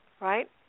right